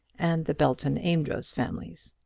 and the belton-amedroz families.